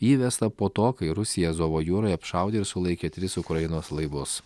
ji įvesta po to kai rusija azovo jūroje apšaudė ir sulaikė tris ukrainos laivus